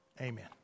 Amen